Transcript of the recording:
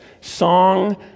song